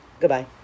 Goodbye